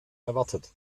erwartet